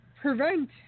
prevent